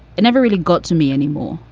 it never really got to me any more.